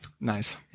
Nice